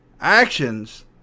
actions